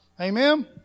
Amen